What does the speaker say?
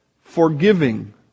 forgiving